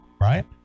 Right